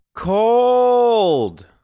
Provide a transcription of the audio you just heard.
Cold